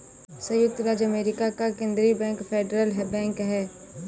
सयुक्त राज्य अमेरिका का केन्द्रीय बैंक फेडरल बैंक है